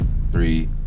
three